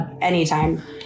anytime